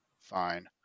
fine